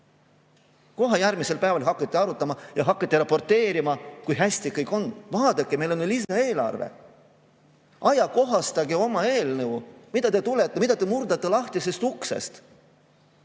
Kohe järgmisel päeval hakati arutama ja hakati raporteerima, kui hästi kõik on: vaadake, meil on ju lisaeelarve, ajakohastage oma eelnõu, miks te murrate sisse lahtisest uksest.